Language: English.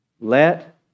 Let